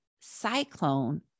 cyclone